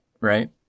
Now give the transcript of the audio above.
right